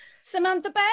Samantha